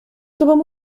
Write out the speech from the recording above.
sobą